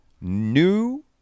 New